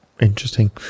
Interesting